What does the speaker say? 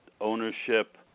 ownership